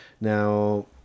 Now